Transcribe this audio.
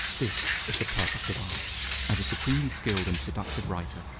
this is the purpose of art as a supremely skilled and seductive writer,